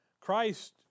Christ